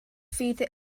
fydd